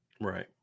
Right